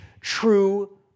true